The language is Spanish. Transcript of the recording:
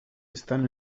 están